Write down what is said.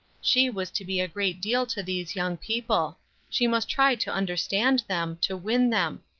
she was to be a great deal to these young people she must try to understand them, to win them.